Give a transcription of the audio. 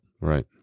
Right